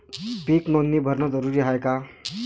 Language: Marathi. पीक नोंदनी भरनं जरूरी हाये का?